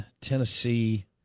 Tennessee